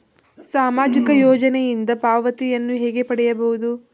ಸಾಮಾಜಿಕ ಯೋಜನೆಯಿಂದ ಪಾವತಿಯನ್ನು ಹೇಗೆ ಪಡೆಯುವುದು?